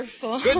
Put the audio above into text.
Good